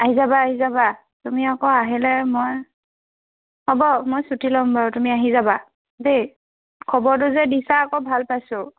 আহি যাবা আহি যাবা তুমি আকৌ আহিলে মই হ'ব মই চুটি ল'ম বাৰু তুমি আহি যাবা দেই খবৰটো যে দিছা আকৌ ভাল পাইছোঁ